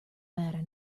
matter